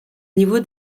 niveau